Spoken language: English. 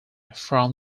from